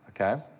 okay